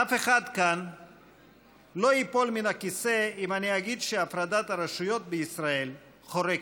אף אחד כאן לא ייפול מהכיסא אם אני אגיד שהפרדת הרשויות בישראל חורקת.